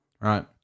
right